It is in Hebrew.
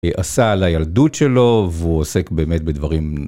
עשה על הילדות שלו והוא עוסק באמת בדברים...